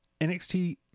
NXT